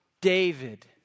David